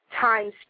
times